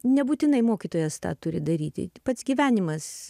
nebūtinai mokytojas tą turi daryti pats gyvenimas